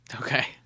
Okay